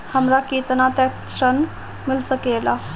हमरा केतना तक ऋण मिल सके ला?